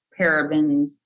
parabens